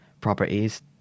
properties